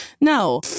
no